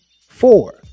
Four